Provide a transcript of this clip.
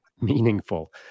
meaningful